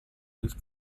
sich